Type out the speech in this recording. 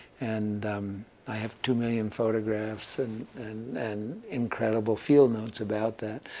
and i have two million photographs and and and incredible field notes about that.